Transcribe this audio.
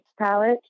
Palette